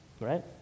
right